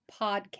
podcast